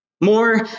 More